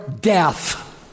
death